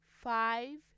five